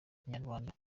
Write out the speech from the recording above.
ikinyarwanda